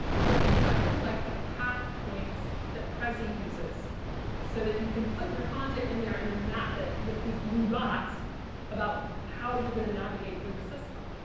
look exactly like the path points that prezzi uses so that you can put your content in there and then map it with these blue dots about how you're gonna navigate through the system.